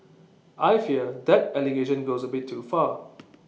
I fear that allegation goes A bit too far